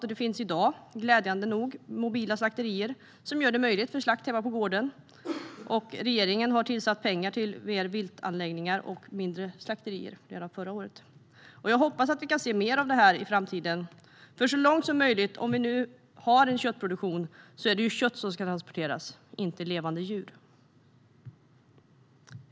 I dag finns glädjande nog mobila slakterier, som möjliggör slakt hemma på gården. Regeringen tillsatte redan förra året pengar till fler viltanläggningar och mindre slakterier. Jag hoppas att vi kan se mer av sådant i framtiden. Om vi nu ska ha en köttproduktion är det så långt som möjligt kött som ska transporteras och inte levande djur.